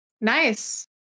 Nice